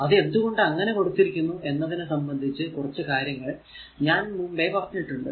അത് എന്ത് കൊണ്ട് അങ്ങനെ കൊടുത്തിരിക്കുന്നു എന്നതിനെ സംബന്ധിച്ചു കുറച്ചു കാര്യങ്ങൾ ഞാൻ മുമ്പേ പറഞ്ഞിട്ടുണ്ട്